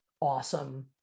awesome